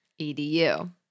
EDU